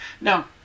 Now